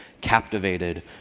captivated